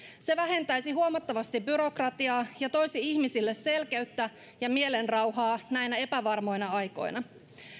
se vähentäisi huomattavasti byrokratiaa ja toisi ihmisille selkeyttä ja mielenrauhaa näinä epävarmoina aikoina